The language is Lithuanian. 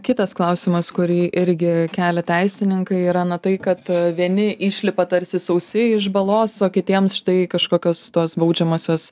kitas klausimas kurį irgi kelia teisininkai yra na tai kad vieni išlipa tarsi sausi iš balos o kitiems štai kažkokios tos baudžiamosios